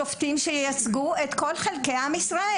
משופטים שייצגו את כל עם ישראל.